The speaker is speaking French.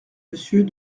monsieur